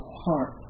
heart